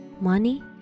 Money